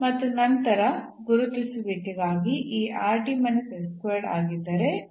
ಮತ್ತು ನಂತರ ಗುರುತಿಸುವಿಕೆಗಾಗಿ ಈ ಆಗಿದ್ದರೆ